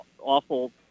awful